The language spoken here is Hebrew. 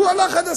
הוא הלך עד הסוף,